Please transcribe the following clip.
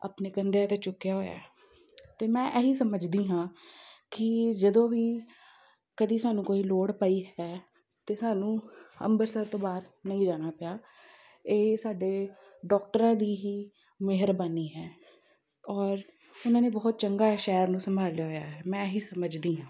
ਆਪਣੇ ਕੰਧਿਆਂ 'ਤੇ ਚੁੱਕਿਆ ਹੋਇਆ ਅਤੇ ਮੈਂ ਇਹੀ ਸਮਝਦੀ ਹਾਂ ਕਿ ਜਦੋਂ ਵੀ ਕਦੀ ਸਾਨੂੰ ਕੋਈ ਲੋੜ ਪਈ ਹੈ ਤਾਂ ਸਾਨੂੰ ਅੰਮ੍ਰਿਤਸਰ ਤੋਂ ਬਾਹਰ ਨਹੀਂ ਜਾਣਾ ਪਿਆ ਇਹ ਸਾਡੇ ਡੋਕਟਰਾਂ ਦੀ ਹੀ ਮਿਹਰਬਾਨੀ ਹੈ ਔਰ ਉਹਨਾਂ ਨੇ ਬਹੁਤ ਚੰਗਾ ਇਹ ਸ਼ਹਿਰ ਨੂੰ ਸੰਭਾਲਿਆ ਹੋਇਆ ਹੈ ਮੈਂ ਇਹੀ ਸਮਝਦੀ ਹਾਂ